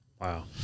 Wow